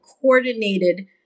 coordinated